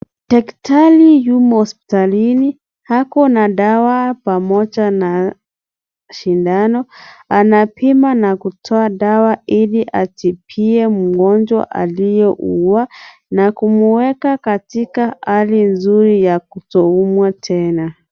Daktari yumo hospitalini, ako na dawa pamoja na sindano, anapima na kutoa dawa ili atibie mgonjwa anayeumwa na kumweka katika hali mzuri ya kutoumwa tena.